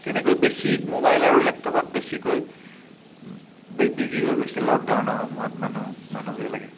তেনেকৈ বেছি মোবাইল আৰু লেপটপত বেছিকৈ বিজি হৈ গৈছিল লকডাউনৰ সময়ত মানুহ মানুহবিলাক